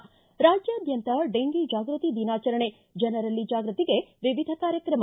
ಿ ರಾಜ್ಯಾದ್ಯಂತ ಡೆಂಗೀ ಜಾಗೃತಿ ದಿನಾಚರಣೆ ಜನರಲ್ಲಿ ಜಾಗೃತಿಗೆ ವಿವಿಧ ಕಾರ್ಯಕ್ರಮ